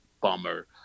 bummer